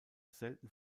selten